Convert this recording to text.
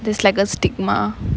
there's like a stigma